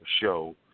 show